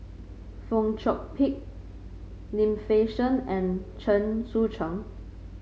Fong Chong Pik Lim Fei Shen and Chen Sucheng